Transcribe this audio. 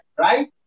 Right